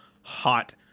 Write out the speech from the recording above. hot